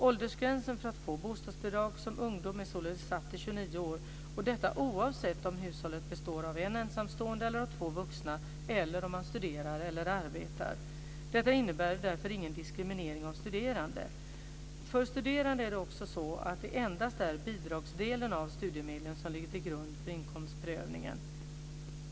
Åldersgränsen för att få bostadsbidrag som ungdom är således satt till 29 år, detta oavsett om hushållet består av en ensamstående eller av två vuxna, om man studerar eller arbetar. Detta innebär därför ingen diskriminering av studerande. För studerande är det också så att det endast är bidragsdelen av studiemedlen som ligger till grund för inkomstprövningen.